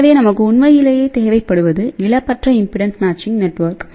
எனவே நமக்கு உண்மையிலேயே தேவைப்படுவது இழப்பற்ற இம்பிடென்ஸ் மேட்சிங் நெட்வொர்க்